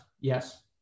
Yes